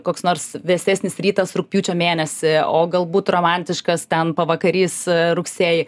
koks nors vėsesnis rytas rugpjūčio mėnesį o galbūt romantiškas ten pavakarys rugsėjį